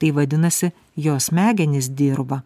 tai vadinasi jo smegenys dirba